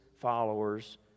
followers